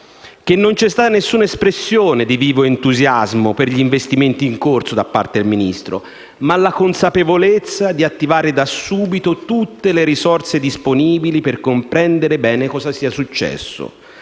che non c'è stata nessuna espressione di vivo entusiasmo per gli investimenti in corso da parte del Ministro, ma la consapevolezza di attivare da subito tutte le risorse disponibili per comprendere bene cosa sia successo,